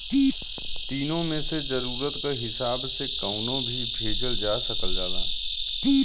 तीनो मे से जरुरत क हिसाब से कउनो भी भेजल जा सकल जाला